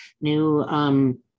new